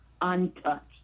untouched